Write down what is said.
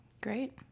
Great